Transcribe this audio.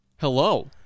Hello